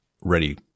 ready